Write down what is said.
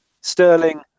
Sterling